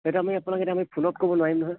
সেইটো আমি আপোনাক আমি ফোনত ক'ব নোৱাৰিম নহয়